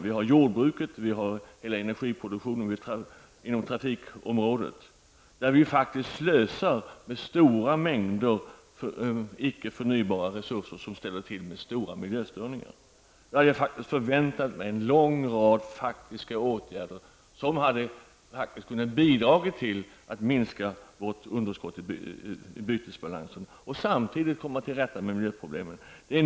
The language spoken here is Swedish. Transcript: Det är jordbruket och energiproduktionen inom trafikområdet, där vi faktiskt slösar med stora mängder icke förnybara resurser, som ställer till stora miljöstörningar. Jag hade förväntat mig en lång rad åtgärder, som hade kunnat bidra till att minska vårt underskott i bytesbalansen samtidigt som man kom till rätta med miljöproblemen.